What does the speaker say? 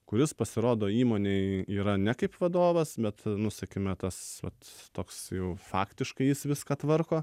kuris pasirodo įmonėj yra ne kaip vadovas bet nu sakykime tas vat toks jau faktiškai jis viską tvarko